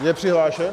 Je přihlášen?